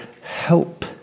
help